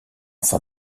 fin